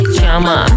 Chama